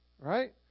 Right